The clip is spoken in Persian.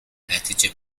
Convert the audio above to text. نتیجه